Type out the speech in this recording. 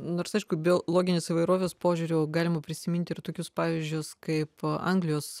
nors aišku biologinės įvairovės požiūriu galima prisiminti ir tokius pavyzdžius kaip anglijos